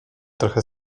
trochę